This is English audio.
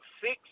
six